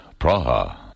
Praha